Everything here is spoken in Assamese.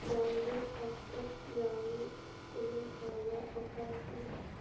ব্ৰাউনিছ বাস্কেট ব্ৰাউনিত কোনো ধৰণৰ অফাৰ আছেনে